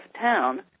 town